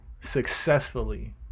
successfully